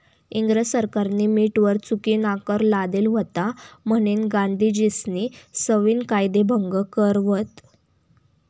इंग्रज सरकारनी मीठवर चुकीनाकर लादेल व्हता म्हनीन गांधीजीस्नी सविनय कायदेभंग कर व्हत